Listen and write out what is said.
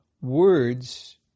words